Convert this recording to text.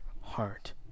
heart